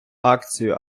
акцією